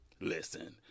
Listen